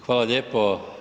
Hvala lijepo.